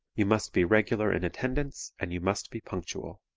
you must be regular in attendance and you must be punctual.